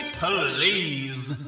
please